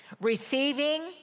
receiving